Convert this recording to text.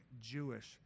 Jewish